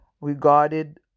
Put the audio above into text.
regarded